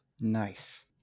Nice